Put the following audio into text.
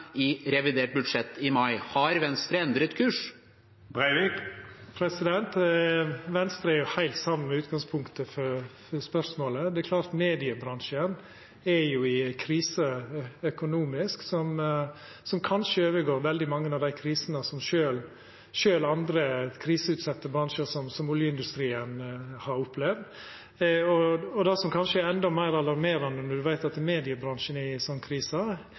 i revidert budsjett i mai. Har Venstre endret kurs? Venstre er heilt samd i utgangspunktet for spørsmålet. Det er klart at mediebransjen er i ei krise økonomisk som kanskje overgår veldig mange av dei krisene som sjølv andre kriseutsette bransjar, som oljeindustrien, har opplevd, og det som kanskje er endå meir alarmerande når me veit at mediebransjen er